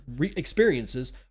experiences